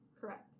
Correct